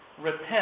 Repent